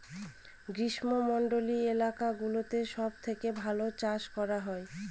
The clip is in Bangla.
গ্রীষ্মমন্ডলীত এলাকা গুলোতে সব থেকে ভালো চাষ করা হয়